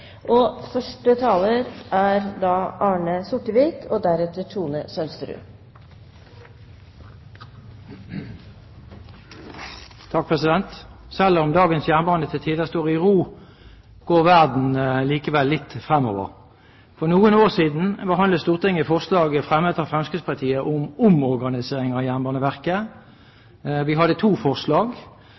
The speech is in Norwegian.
om dagens jernbane til tider står i ro, går verden likevel litt fremover. For noen år siden behandlet Stortinget forslaget fremmet av Fremskrittspartiet om omorganisering av Jernbaneverket. Vi